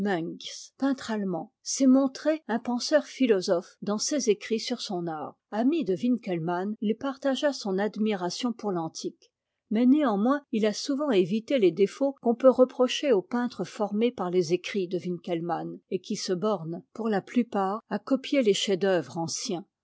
allemand s'est montré un penseur philosophe dans ses écrits sur son art ami de winkelmann il partagea son admiration pour l'antique mais néanmoins il a souvent évité les défauts qu'on peut reprocher aux peintres formés par les écrits de winkelmann et qui se bornent pour ta plupart à copier es chefs-d'œuvre anciens